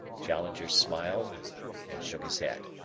challenger smiled and shook his head.